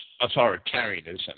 authoritarianism